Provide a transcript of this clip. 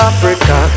Africa